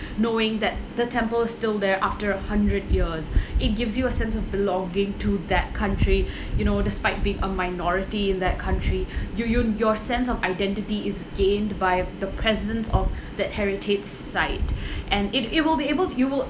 knowing that the temple is still there after a hundred years it gives you a sense of belonging to that country you know despite being a minority in that country you you your sense of identity is gained by the presidents of that heritage site and it it will be able to you will